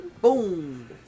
Boom